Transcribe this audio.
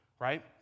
right